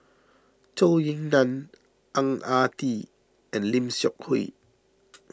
Zhou Ying Nan Ang Ah Tee and Lim Seok Hui